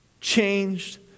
changed